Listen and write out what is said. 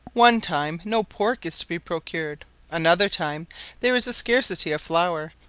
one time no pork is to be procured another time there is a scarcity of flour,